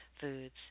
foods